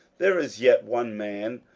there is yet one man,